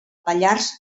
pallars